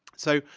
so,